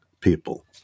people